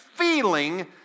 Feeling